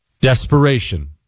Desperation